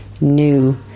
new